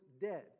dead